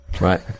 right